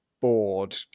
Bored